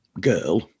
girl